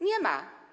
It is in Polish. Nie ma.